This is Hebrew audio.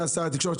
שהיה שר התקשורת,